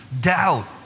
doubt